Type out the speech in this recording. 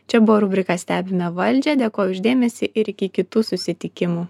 čia buvo rubrika stebime valdžią dėkoju už dėmesį ir iki kitų susitikimų